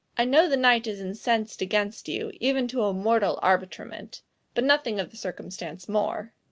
i know the knight is incens'd against you, even to a mortal arbitrement but nothing of the circumstance more.